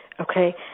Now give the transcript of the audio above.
Okay